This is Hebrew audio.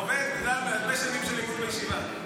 הפלפול עובד בגלל הרבה שנים של לימוד בישיבה.